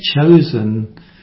chosen